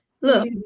look